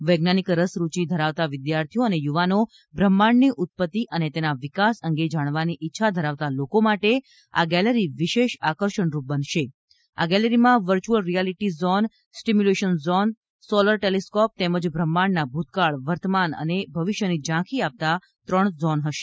વૈજ્ઞાનિક રસરૃચિ ધરાવતા વિદ્યાર્થીઓ અને યુવાનો બ્રહ્માંડની ઉત્પતિ અને તેના વિકાસ અંગે જાણવાની ઈચ્છા ધરાવતા લોકો માટે આ ગેલરી વિશેષ આકર્ષણરૂપ બનશે આ ગેલેરીમાં virtual reality zone stimulation zone solar telescope તેમજ બ્રહ્માંડના ભૂતકાળ વર્તમાન અને ભવિષ્યની ઝાંખી આપતા ત્રણ ઝોન હશે